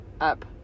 up